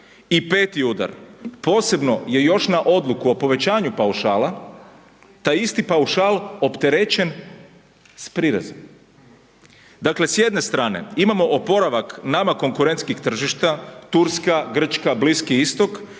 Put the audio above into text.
I peti udar, posebno je još na odluku o povećanju paušala, ta isti paušal opterećen s prirezom. Dakle s jedne strane, imam oporavak nama konkurentskih tržišta, Turska, Grčka, Bliski istok